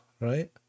right